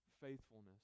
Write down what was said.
faithfulness